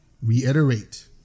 Reiterate